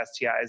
STIs